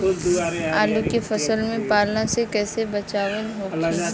आलू के फसल के पाला से कइसे बचाव होखि?